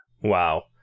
Wow